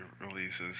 releases